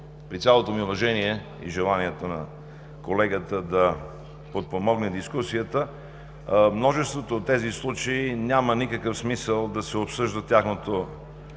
при цялото ми уважение и желанието на колегата да подпомогне дискусията, в множеството от тези случаи няма никакъв смисъл да се обсъжда тяхното